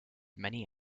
many